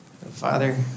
Father